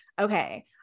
okay